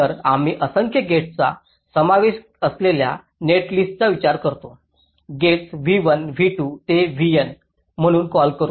तर आम्ही असंख्य गेट्सचा समावेश असलेल्या नेटलिस्टचा विचार करतो गेट्स v1 v2 ते vn म्हणून कॉल करू